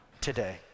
today